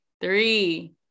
Three